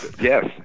Yes